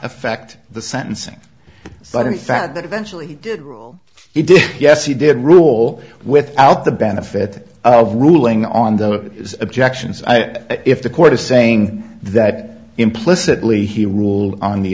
affect the sentencing but in fact that eventually did rule he did yes he did rule without the benefit of ruling on the objections if the court is saying that implicitly he ruled on the